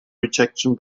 rejection